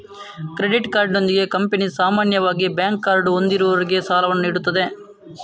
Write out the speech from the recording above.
credit ಕಾರ್ಡಿನೊಂದಿಗೆ company ಸಾಮಾನ್ಯವಾಗಿ bank card ಹೊಂದಿರುವವರಿಗೆ ಸಾಲವನ್ನು ನೀಡುತ್ತದೆ